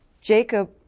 Jacob